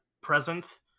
present